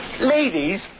Ladies